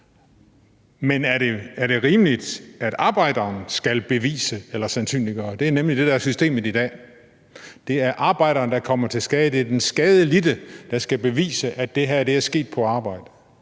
Men er det rimeligt, at arbejderen skal bevise eller sandsynliggøre? Det er nemlig det, der er systemet i dag. Det er arbejderen, der kommer til skade, det er den skadelidte, der skal bevise, at det her er sket på arbejdet.